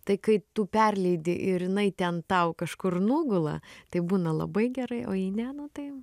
tai kai tu perleidi ir jinai ten tau kažkur nugula tai būna labai gerai o jei ne nu tai